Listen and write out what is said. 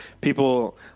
people